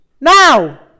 Now